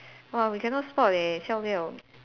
!wow! we cannot spot leh siao liao